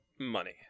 Money